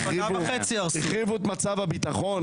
החריבו את מצב הביטחון.